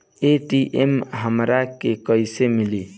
ATM हमरा के कइसे मिली?